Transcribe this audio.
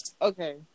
Okay